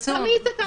תמיד זה ככה.